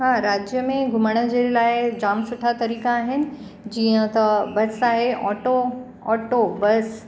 हा राज्य में घुमण जे लाइ जामु सुठा तरीक़ा आहिनि जीअं त बसि आहे ऑटो ऑटो बसि